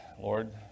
Lord